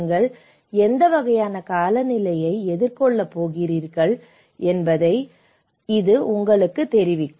நீங்கள் எந்த வகையான காலநிலையை எதிர்கொள்ளப் போகிறீர்கள் என்பதை இது உங்களுக்குத் தெரிவிக்கும்